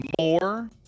more